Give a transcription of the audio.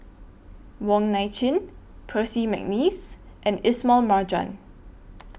Wong Nai Chin Percy Mcneice and Ismail Marjan